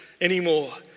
anymore